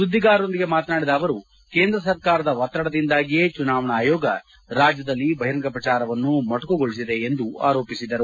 ಸುದ್ಲಿಗಾರರೊಂದಿಗೆ ಮಾತನಾಡಿದ ಅವರು ಕೇಂದ್ರ ಸರ್ಕಾರದ ಒತ್ತಡದಿಂದಾಗಿಯೇ ಚುನಾವಣಾ ಆಯೋಗ ರಾಜ್ಯದಲ್ಲಿ ಬಹಿರಂಗ ಪ್ರಚಾರವನ್ನು ಮೊಟಕುಗೊಳಿಸಿದೆ ಎಂದು ಆರೋಪಿಸಿದರು